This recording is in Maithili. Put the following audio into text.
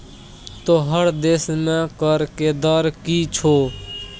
तोहर देशमे कर के दर की छौ?